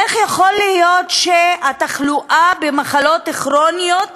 איך יכול להיות שהתחלואה במחלות כרוניות